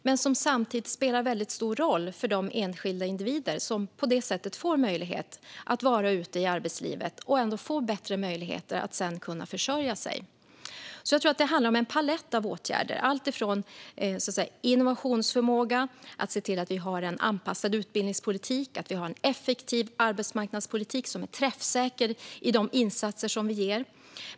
Men de spelar väldigt stor roll för enskilda individer, som på det sättet får möjlighet att ändå vara ute i arbetslivet och får bättre möjligheter att försörja sig. Jag tror alltså att det handlar om en palett av åtgärder, alltifrån innovationsförmåga till att se till att vi har en anpassad utbildningspolitik och en effektiv arbetsmarknadspolitik som är träffsäker i de insatser vi gör.